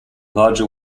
larger